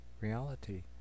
reality